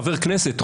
חבר כנסת,